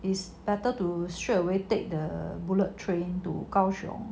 it's better to straight away take the bullet train to gaoxiong